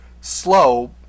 slow